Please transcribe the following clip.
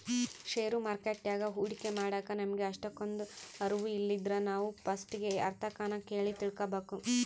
ಷೇರು ಮಾರುಕಟ್ಯಾಗ ಹೂಡಿಕೆ ಮಾಡಾಕ ನಮಿಗೆ ಅಷ್ಟಕೊಂದು ಅರುವು ಇಲ್ಲಿದ್ರ ನಾವು ಪಸ್ಟಿಗೆ ಯಾರ್ತಕನ ಕೇಳಿ ತಿಳ್ಕಬಕು